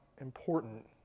important